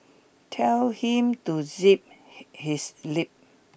tell him to zip his lip